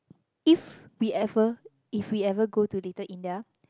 if we ever if we ever go to Little-India